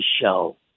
Show